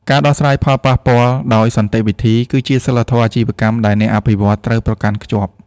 ការដោះស្រាយផលប៉ះពាល់ដោយសន្តិវិធី គឺជាសីលធម៌អាជីវកម្មដែលអ្នកអភិវឌ្ឍន៍ត្រូវប្រកាន់ខ្ជាប់។